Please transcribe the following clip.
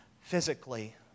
physically